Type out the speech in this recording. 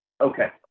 Okay